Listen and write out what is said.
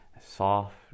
soft